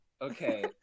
Okay